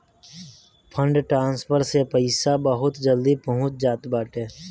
fund transfer से पईसा बहुते जल्दी पहुंच जात बाटे